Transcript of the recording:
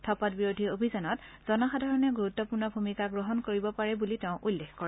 ধপাঁত বিৰোধী অভিযানত জনসাধাৰণে গুৰুত্বপূৰ্ণ ভূমিকা গ্ৰহণ কৰিব পাৰে বুলিও তেওঁ উল্লেখ কৰে